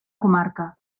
comarca